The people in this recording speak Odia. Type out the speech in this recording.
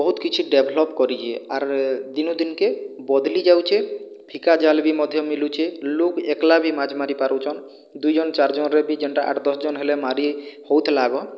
ବହୁତ କିଛି ଡେଭଲପ୍ କରିଛେ ଆର୍ ଦିନୁ ଦିନ୍କେ ବଦଲି ଯାଉଛେ ଫିକା ଜାଲ୍ ବି ମଧ୍ୟ ମିଳୁଛେ ଲୋକ୍ ଏକ୍ଲା ବି ମାଛ ମାରି ପାରୁଛନ୍ ଦୁଇ ଜଣ ଚାରଜଣରେ ବି ଯେନ୍ଟା ଆଠ୍ ଦଶ୍ ଜଣ ହେଲେ ମାରି ହେଉଥିଲା ଆଗ